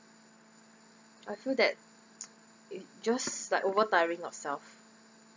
I feel that it's just like over tiring yourself